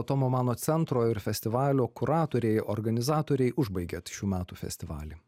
tomo mano centro ir festivalio kuratoriai organizatoriai užbaigiat šių metų festivalį